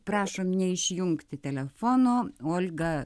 prašom neišjungti telefono olga